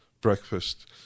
breakfast